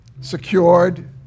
secured